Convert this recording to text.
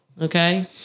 okay